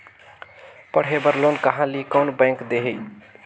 पढ़े बर लोन कहा ली? कोन बैंक देही?